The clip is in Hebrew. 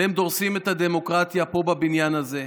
אתם דורסים את הדמוקרטיה פה בבניין הזה,